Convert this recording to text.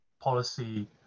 policy